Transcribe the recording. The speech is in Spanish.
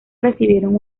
recibieron